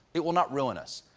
it will not ruin us.